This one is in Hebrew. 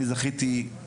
אני זכיתי, יוסי.